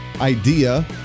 idea